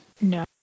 no